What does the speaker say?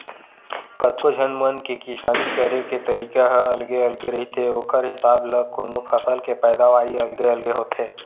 कतको झन मन के किसानी करे के तरीका ह अलगे अलगे रहिथे ओखर हिसाब ल कोनो फसल के पैदावारी अलगे अलगे होथे